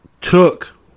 took